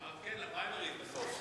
אמרת "כן" לפריימריז בסוף.